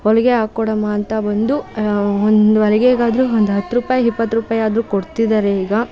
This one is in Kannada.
ಹೊಲಿಗೆ ಹಾಕ್ಕೊಡಮ್ಮಾ ಅಂತ ಬಂದು ಹೊಲಿಗೆಗಾದರೆ ಒಂದು ಹತ್ತು ರೂಪಾಯಿ ಇಪ್ಪತ್ತು ರೂಪಾಯಿ ಆದರೂ ಕೊಡ್ತಿದ್ದಾರೆ ಈಗ